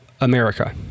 America